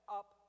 up